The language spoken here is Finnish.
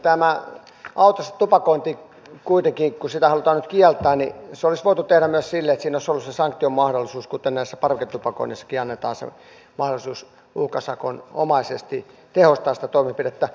tämä autossa tupakointi kuitenkin kun sitä halutaan nyt kieltää olisi voitu tehdä myös silleen että siinä olisi ollut se sanktion mahdollisuus kuten parveketupakoinnissakin annetaan se mahdollisuus uhkasakonomaisesti tehostaa sitä toimenpidettä